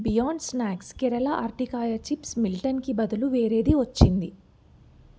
beyond Snacks Kerala అరటికాయ chips మిల్టన్కి బదులు వేరేది వచ్చింది